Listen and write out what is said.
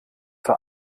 zur